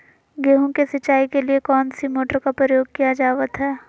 गेहूं के सिंचाई के लिए कौन सा मोटर का प्रयोग किया जावत है?